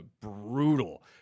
brutal